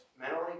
mentally